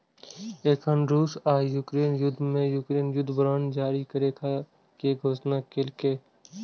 एखन रूस आ यूक्रेन युद्ध मे यूक्रेन युद्ध बांड जारी करै के घोषणा केलकैए